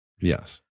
Yes